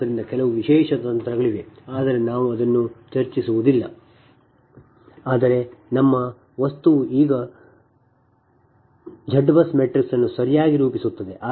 ಆದ್ದರಿಂದ ಕೆಲವು ವಿಶೇಷ ತಂತ್ರಗಳಿವೆ ಆದರೆ ನಾವು ಅದನ್ನು ಚರ್ಚಿಸುವುದಿಲ್ಲ ಆದರೆ ನಮ್ಮ ವಸ್ತುವು ಈಗ Z BUS ಮ್ಯಾಟ್ರಿಕ್ಸ್ ಅನ್ನು ಸರಿಯಾಗಿ ರೂಪಿಸುತ್ತದೆ